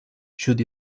should